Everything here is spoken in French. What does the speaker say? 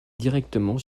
directement